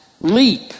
leap